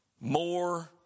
more